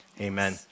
amen